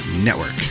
network